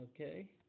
Okay